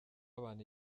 abantu